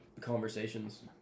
conversations